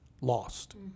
lost